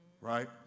Right